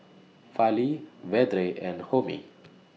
Fali Vedre and Homi